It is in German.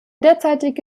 derzeitige